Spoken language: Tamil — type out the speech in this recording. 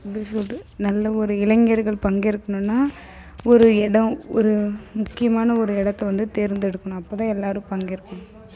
எப்படி சொல்லிட்டு நல்ல ஒரு இளைஞர்கள் பங்கேற்கணும்னா ஒரு எடம் ஒரு முக்கியமான ஒரு இடத்த வந்து தேர்ந்தெடுக்கணும் அப்போ தான் எல்லாரும் பங்கேற்பாங்க